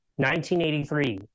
1983